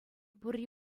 пурри